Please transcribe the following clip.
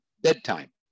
bedtime